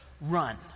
run